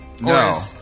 No